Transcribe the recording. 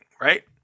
right